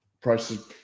prices